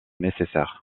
nécessaires